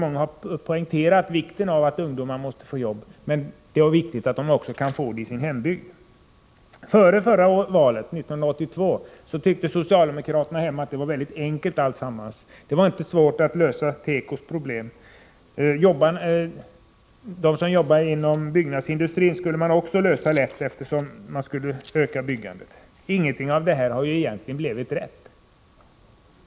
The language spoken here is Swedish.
Många har ju poängterat vikten av att ungdomar får jobb, men det är också viktigt att de kan få det i sin hembygd. Före förra valet, 1982, tyckte socialdemokraterna där hemma att alltsammans var väldigt enkelt. Det var inte svårt att lösa tekos problem, och byggnadsindustrins problem skulle man också lösa lätt, eftersom man skulle öka byggandet. Egentligen har ingenting av det här blivit rätt.